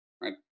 right